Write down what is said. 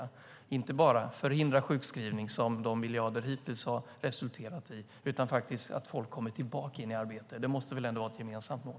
Det handlar inte bara om att förhindra sjukskrivning, som miljarderna hittills har resulterat i, utan om att människor kommer tillbaka i arbete. Det måste väl ändå vara ett gemensamt mål?